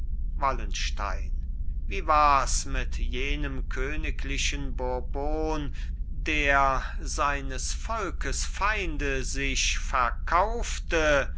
wallenstein wie wars mit jenem königlichen bourbon der seines volkes feinde sich verkaufte